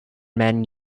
men